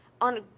on